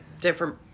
different